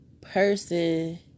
person